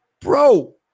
bro